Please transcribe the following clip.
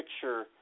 picture